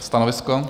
Stanovisko?